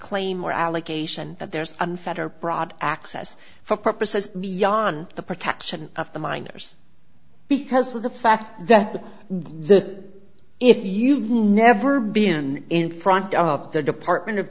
claim or allegation that there's unfettered broad access for purposes miyan the protection of the minors because of the fact that the the if you've never been in front of the department of